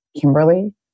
Kimberly